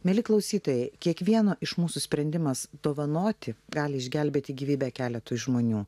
mieli klausytojai kiekvieno iš mūsų sprendimas dovanoti gali išgelbėti gyvybę keletui žmonių